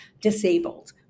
disabled